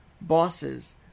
bosses